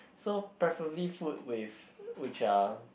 so preferably food with which uh